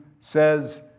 says